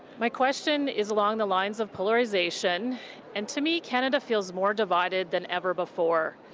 my question is along the lines of polarization and, to me, canada feels more divided than ever before.